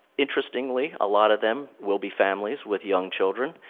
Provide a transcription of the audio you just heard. interestingly, a lot of them will be families with young children.